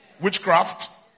Witchcraft